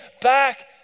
back